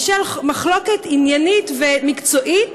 בשל מחלוקת עניינית ומקצועית,